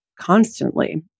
constantly